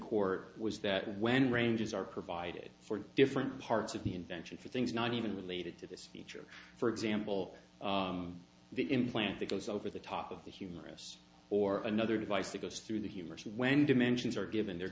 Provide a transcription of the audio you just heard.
court was that when ranges are provided for different parts of the invention for things not even related to this feature for example the implant that goes over the top of the humorous or another device that goes through the humors when dimensions are given they're